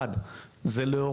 דבר ראשון, להורות